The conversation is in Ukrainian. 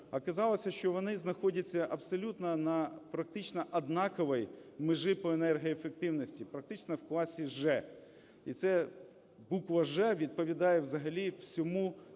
оказалось, що вони знаходяться абсолютно на практично однаковій межі по енергоефективності, практично в класі G. І ця буква G відповідає взагалі всьому класу